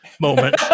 moment